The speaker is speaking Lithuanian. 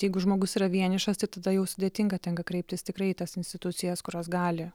jeigu žmogus yra vienišas tai tada jau sudėtinga tenka kreiptis tikrai į tas institucijas kurios gali